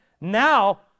now